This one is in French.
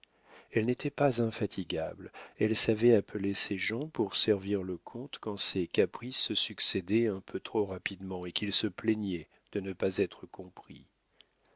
elle n'était pas infatigable elle savait appeler ses gens pour servir le comte quand ses caprices se succédaient un peu trop rapidement et qu'il se plaignait de ne pas être compris